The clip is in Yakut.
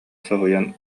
соһуйан